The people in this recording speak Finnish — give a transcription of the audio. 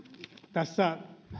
tässä